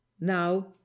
Now